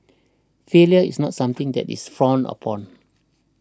failure is not something that is frowned upon